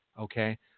Okay